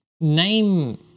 Name